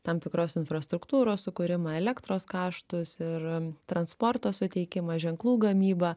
tam tikros infrastruktūros sukūrimą elektros kaštus ir transporto suteikimą ženklų gamybą